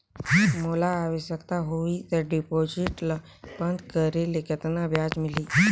मोला आवश्यकता होही त डिपॉजिट ल बंद करे ले कतना ब्याज मिलही?